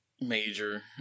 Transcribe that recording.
major